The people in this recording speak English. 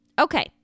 Okay